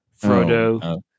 Frodo